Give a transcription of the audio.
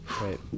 right